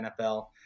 NFL